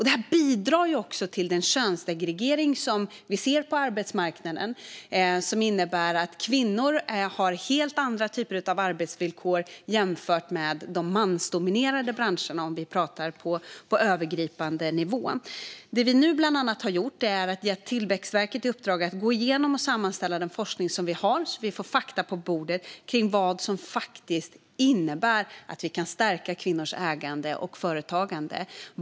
Det bidrar till den könssegregering som vi ser på arbetsmarknaden och som innebär att kvinnor har helt andra typer av arbetsvillkor jämfört med de mansdominerade branscherna, om vi pratar om den övergripande nivån. Det vi nu har gjort är bland annat att ge Tillväxtverket i uppdrag att gå igenom och sammanställa den forskning vi har så att vi får fakta på bordet kring vad som faktiskt innebär att vi kan stärka kvinnors ägande och företagande.